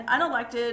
unelected